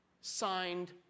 signed